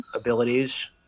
abilities